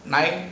I